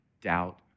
doubt